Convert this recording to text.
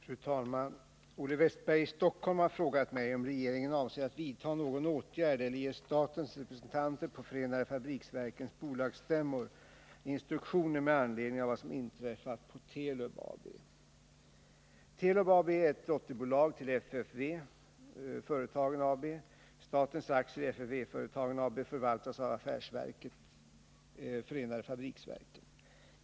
Fru talman! Olle Wästberg i Stockholm har frågat mig om regeringen avser att vidta någon åtgärd eller ge statens representanter på förenade fabriksverkens bolagsstämmor instruktioner med anledning av vad som inträffat på Telub AB. Telub AB är ett dotterbolag till FFV Företagen AB. Statens aktier i FFV Företagen AB förvaltas av affärsverket förenade fabriksverken.